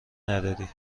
نداری